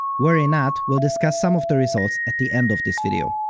worry not, we'll discuss some of the results at the end of this video.